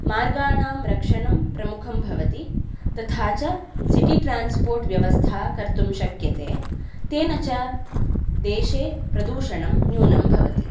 मार्गाणां रक्षणं प्रमुखं भवति तथा च सिटि ट्रान्स्पोर्ट् व्यवस्था कर्तुं शक्यते तेन देशे प्रदूषणं न्यूनं भवति